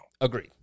Agreed